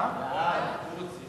ההצעה